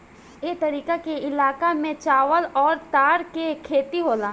ए तरीका के इलाका में चावल अउर तार के खेती होला